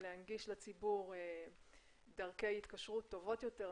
להנגיש לציבור דרכי התקשרות טובות יותר,